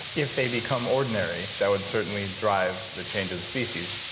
if they become ordinary that would certainly drive the change of the species,